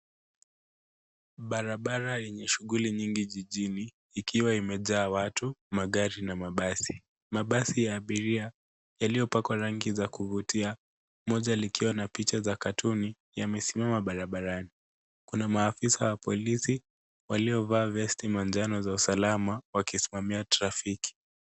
Barabara yenye shughuli nyingi jijini ikiwa imejaa watu magari na mabasi. Mabasi ya abiria yaliyo pakwa rangi za kuvutia moja likiwa na picha za cartoon yamesimama barabarani. Kuna maafisa wa polisi waliovaa vest manjano za usalama wakisimamia trafiki.